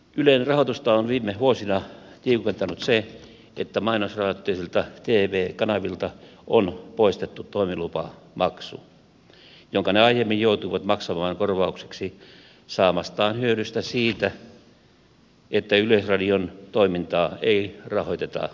ylen rahoitusta on viime vuosina tiukentanut se että mainosrahoitteisilta tv kanavilta on poistettu toimilupamaksu jonka ne aiemmin joutuivat maksamaan korvaukseksi saamastaan hyödystä siitä että yleisradion toimintaa ei rahoiteta mainoksilla